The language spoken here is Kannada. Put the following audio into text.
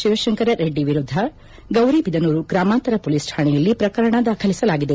ಶಿವಶಂಕರ ರೆಡ್ಡಿ ವಿರುದ್ದ ಗೌರಿಬಿದನೂರು ಗ್ರಾಮಾಂತರ ಪೊಲೀಸ್ ಶಾಣೆಯಲ್ಲಿ ಪ್ರಕರಣ ದಾಖಲಿಸಲಾಗಿದೆ